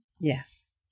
Yes